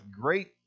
great